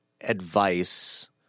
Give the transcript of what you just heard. advice